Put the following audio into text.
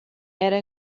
era